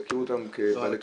יכירו בהם כתואר,